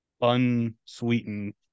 unsweetened